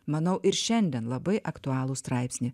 manau ir šiandien labai aktualų straipsnį